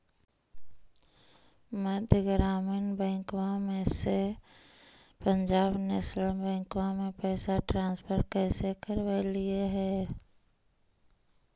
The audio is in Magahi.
मध्य ग्रामीण बैंकवा से पंजाब नेशनल बैंकवा मे पैसवा ट्रांसफर कैसे करवैलीऐ हे?